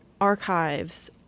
archives